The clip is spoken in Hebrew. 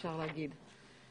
אפשר להגיד.